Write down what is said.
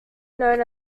known